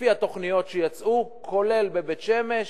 לפי התוכניות שיצאו, כולל בבית-שמש,